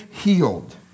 healed